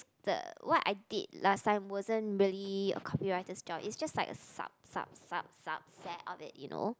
the what I did last time wasn't really a copywriter's job it's just like a sub sub sub subset of it you know